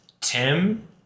tim